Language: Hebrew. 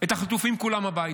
את החטופים כולם הביתה.